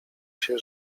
się